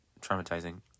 traumatizing